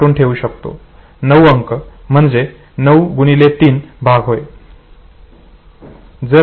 नऊ अंक म्हणजे 9 x 3 भाग होय